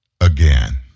again